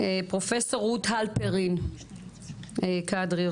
פרופסור רות הלפרין קדרי,